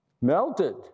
melted